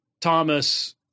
Thomas